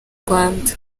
rwanda